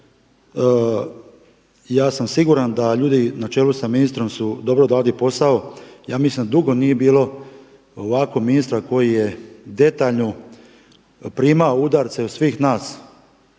Ja sam siguran da ljudi na čelu s ministrom su dobro odradili posao. Ja mislim da dugo nije bilo ovakvog ministra koji je detaljno primao udarce od svih nas